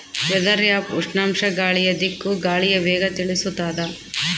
weather app ಉಷ್ಣಾಂಶ ಗಾಳಿಯ ದಿಕ್ಕು ಗಾಳಿಯ ವೇಗ ತಿಳಿಸುತಾದ